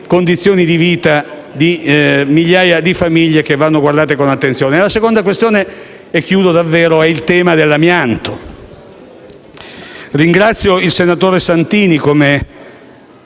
condizioni di vita di migliaia di famiglie che vanno guardate con attenzione. La seconda questione riguarda il tema dell'amianto. Ringrazio il senatore Santini per